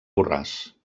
borràs